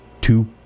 two